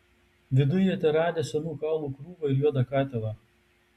viduj jie teradę senų kaulų krūvą ir juodą katilą